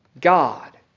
God